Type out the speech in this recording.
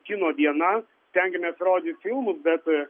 kino diena stengiamės rodyt filmus bet